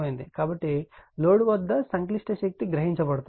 కాబట్టి లోడ్ వద్ద సంక్లిష్ట శక్తి గ్రహించబడుతుంది